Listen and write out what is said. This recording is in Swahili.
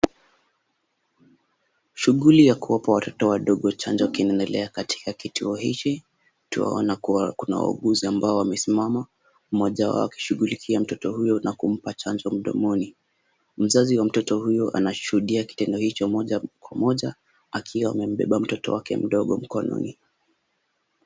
Shughuli ya kuwapa watoto wadogo chanjo kinaendelea katika kituo hichi. Tuwaona kuwa kuna wauguzi ambao wamesimama, mmoja wao akishughulikia mtoto huyo na kumpa chanjo mdomoni. Mzazi wa mtoto huyo anashuhudia kitendo hicho moja kwa moja, akiwa amembeba mtoto wake mdogo mkononi.